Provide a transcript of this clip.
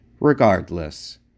Regardless